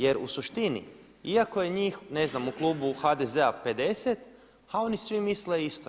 Jer u suštini iako je njih, ne znam u klubu HDZ-a 50 a oni svi misle isto.